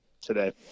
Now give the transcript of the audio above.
today